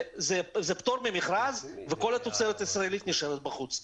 זה פטור ממכרז וכל התוצרת הישראלית נשארת בחוץ.